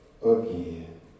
again